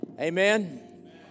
Amen